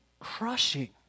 crushing